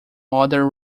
other